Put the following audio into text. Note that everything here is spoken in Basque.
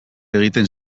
egiten